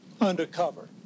undercover